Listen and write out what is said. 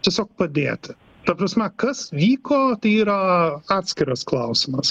tiesiog padėti ta prasme kas vyko tai yra atskiras klausimas